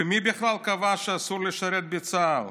ומי בכלל קבע שאסור לשרת בצה"ל